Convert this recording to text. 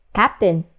captain